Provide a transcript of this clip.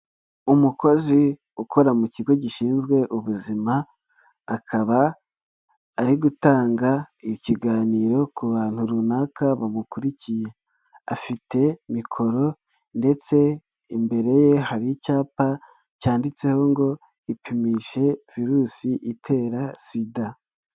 Umukozi ukora mu kigo gishinzwe ubuzima, akaba ari gutanga ikiganiro ku bantu runaka bamukurikiye, afite mikoro ndetse imbere ye hari icyapa cyanditseho ngo ipimishe virusi itera SIDA.